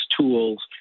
tools